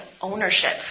ownership